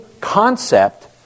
concept